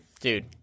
Dude